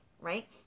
right